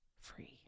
free